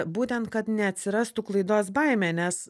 būtent kad neatsirastų klaidos baimė nes